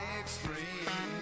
extreme